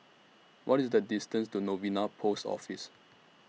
What IS The distance to Novena Post Office